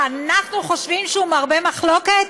שאנחנו חושבים שהוא מרבה מחלוקת?